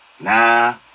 Nah